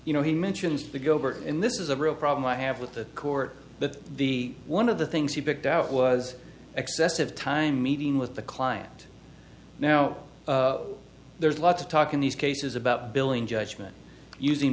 you know he mentions the gilbert in this is a real problem i have with the court but the one of the things he picked out was excessive time meeting with the client now there's lots of talk in these cases about billing judgment using